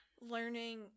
learning